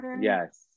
yes